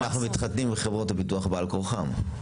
אנחנו מתחתנים עם חברות הביטוח בעל כורחם.